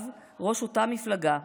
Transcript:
עכשיו ראש אותה מפלגה,